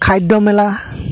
খাদ্য মেলা